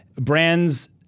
brands